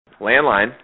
Landline